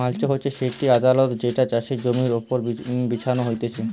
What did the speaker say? mulch হচ্ছে সেটি আচ্ছাদন যেটা চাষের জমির ওপর বিছানো হতিছে